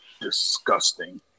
Disgusting